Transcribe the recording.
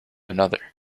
another